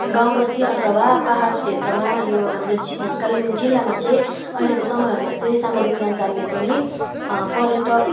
गाउँ बस्ती अथवा पहाड क्षेत्रमा यो हाम्रो कालिम्पोङ जिल्लामा चाहिँ अहिलेको समयहरूमा चाहिँ सामाजिक सञ्जालले पनि पर्यटक